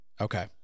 Okay